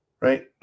right